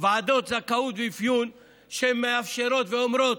ועדות זכאות ואפיון שמאפשרות ואומרות